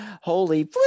Holy